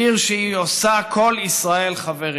עיר שהיא עושה כל ישראל חברים".